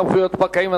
סמכויות פקחים),